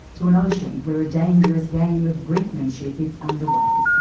to an ocean where a dangerous game of brinkmanship is underway.